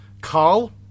Carl